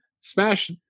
Smash